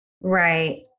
Right